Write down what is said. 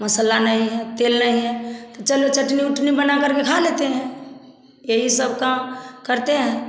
मसाला नहीं है तेल नहीं है चलो चटनी वटनी बनाकर के खा लेती है यही सब काम करते हैं